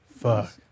Fuck